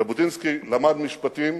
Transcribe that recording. ז'בוטינסקי למד משפטים,